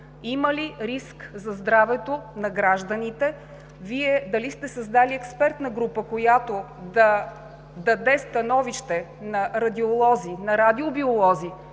има ли риск за здравето на гражданите? Вие дали сте създали експертна група, която да даде становище на радиолози, на радиобиолози